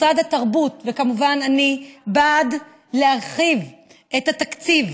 משרד התרבות, וכמובן אני, בעד להרחיב את התקציב